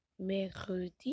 mercredi